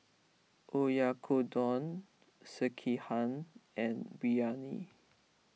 Oyakodon Sekihan and Biryani